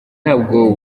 nabwo